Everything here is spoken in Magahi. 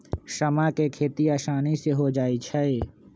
समा के खेती असानी से हो जाइ छइ